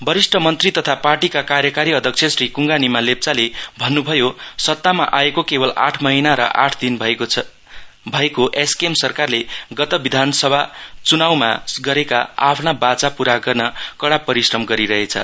वरिष्ठ मन्त्री तथा पार्टीका कार्यकारी अध्यक्ष श्री क्ङ्गा निमा लेप्चाले भन्न्भयो सत्तामा आएको केवल आठ महिना र आठ दिन भएको सकेसरकारले गत विधानसभा च्नाउमा गरेका आफ्ना वाचा प्रा गर्न कडा परिश्रम गरिरहेछ